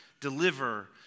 deliver